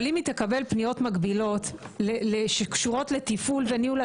אבל אם היא תקבל פניות מקבילות שקשורות לתפעול וניהול,